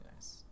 nice